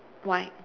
why